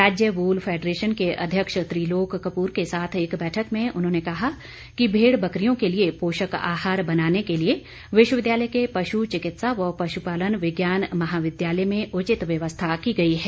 राज्य wool federation के अध्यक्ष त्रिलोक कपूर के साथ एक बैठक में उन्होंने कहा कि भेड़ बकरियों के लिए पोषक आहार बनाने के लिए विश्वविद्यालय के पशु चिकित्सा व पशुपालन विज्ञान महाविद्यालय में उचित व्यवस्था की गई है